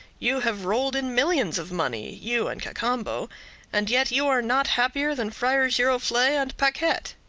you have rolled in millions of money, you and cacambo and yet you are not happier than friar giroflee and paquette.